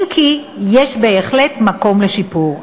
אם כי יש בהחלט מקום לשיפור.